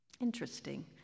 Interesting